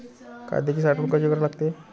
कांद्याची साठवन कसी करा लागते?